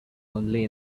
only